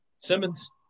Simmons